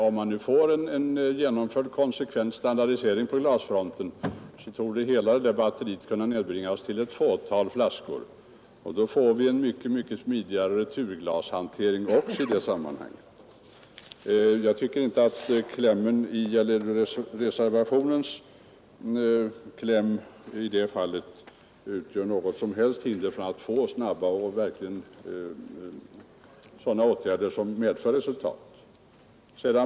Om man nu får en konsekvent genomförd standardisering på glasfronten, så torde hela detta batteri kunna nedbringas till ett fåtal flaskor, och då får vi även en mycket smidigare returglashantering. Jag tycker inte att reservationens kläm i det fallet utgör något som helst hinder för snabba åtgärder som verkligen leder till resultat.